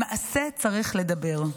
המעשה צריך לדבר.